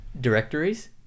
directories